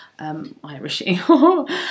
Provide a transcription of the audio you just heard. Irishy